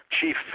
chief